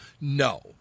No